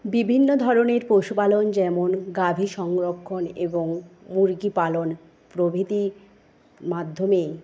বিভিন্ন ধরনের পশুপালন যেমন গাভী সংরক্ষণ এবং মুরগি পালন প্রভৃতির মাধ্যমে